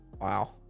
Wow